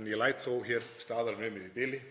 En ég læt þó hér staðar numið í bili.